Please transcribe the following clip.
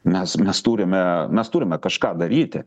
mes mes turime mes turime kažką daryti